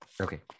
okay